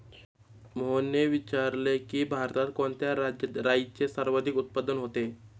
मोहनने विचारले की, भारतात कोणत्या राज्यात राईचे सर्वाधिक उत्पादन होते?